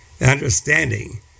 understanding